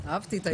אין נמנע?